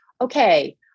okay